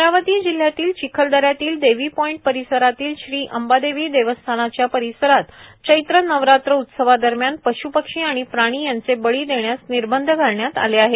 अमरावती जिल्ह्यातील चिखलदऱ्यातील देवी पॉईंट परिसरातील श्री अंबादेवी देवस्थानाच्या परिसरात चैत्र नवरात्र उत्सवादरम्यान पश्पक्षी आणि प्राणी यांचे बळी देण्यास निर्बंध घालण्यात आले आहेत